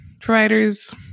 providers